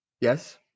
Yes